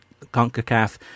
CONCACAF